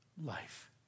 life